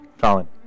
Colin